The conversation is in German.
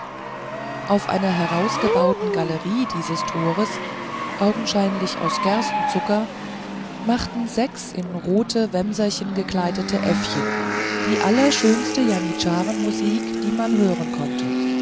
auf einer herausgebauten galerie dieses tores augenscheinlich aus gerstenzucker machten sechs in rote wämserchen gekleidete äffchen die allerschönste janitscharenmusik die man hören konnte